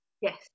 yes